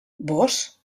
vós